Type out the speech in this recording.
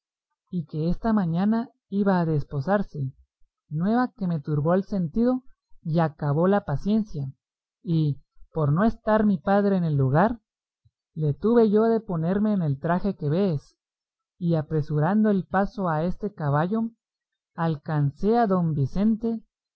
y que esta mañana iba a desposarse nueva que me turbó el sentido y acabó la paciencia y por no estar mi padre en el lugar le tuve yo de ponerme en el traje que vees y apresurando el paso a este caballo alcancé a don vicente